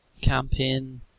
campaign